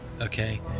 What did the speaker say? okay